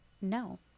No